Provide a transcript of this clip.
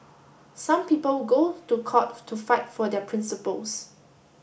some people go to court to fight for their principles